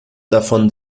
davon